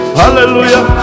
hallelujah